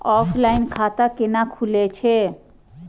Offline खाता कैना खुलै छै?